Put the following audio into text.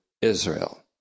Israel